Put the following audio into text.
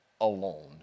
alone